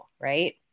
right